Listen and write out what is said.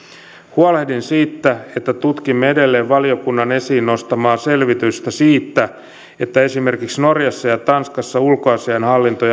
huolehdin siitä että tutkimme edelleen valiokunnan esiin nostamaa selvitystä siitä että esimerkiksi norjassa ja tanskassa ulkoasiainhallintoa